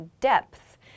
Depth